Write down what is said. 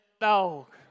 dog